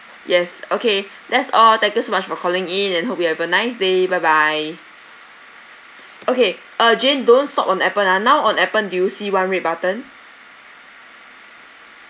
yes okay that's all thank you so much for calling in and hope you have a nice day bye bye okay uh jane don't stop on appen ah now on appen do you see one red button